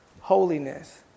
holiness